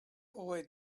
boy